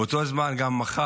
באותו זמן מחר